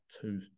two